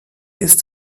ist